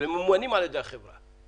וממומנים על ידי החברה.